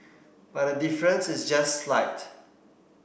but the difference is just slight